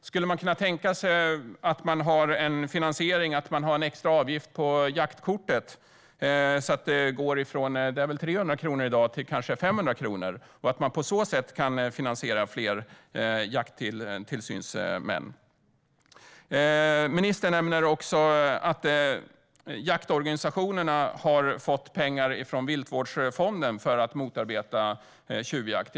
Skulle man kunna tänka sig att finansiera det genom en extra avgift på jaktkortet, så att det går från att kosta 300 kronor i dag till kanske 500 kronor? Kan man finansiera fler jakttillsynsmän på det sättet? Ministern nämnde också att jaktorganisationerna har fått pengar från viltvårdsfonden för att motarbeta tjuvjakt.